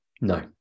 no